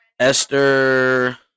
Esther